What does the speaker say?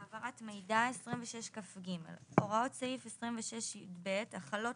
העברת מידע 26כג. הוראות סעיף 26יב החלות